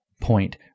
point